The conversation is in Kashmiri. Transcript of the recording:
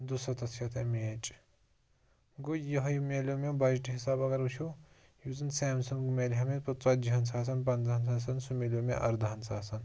دُسَتَتھ شیٚتھ ایٚم اے ایٚچ گوٚو یِہوے مِلیو مےٚ بَجٹہٕ حِساب اگر وٕچھو یُس زَن سیمسَنٛگ مٮ۪لِہا مےٚ پَتہٕ ژَتجی ہَن ساسَن پَنٛژٕہن ساسَن سُہ ملیو مےٚ اَرداہَن ساسَن